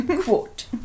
quote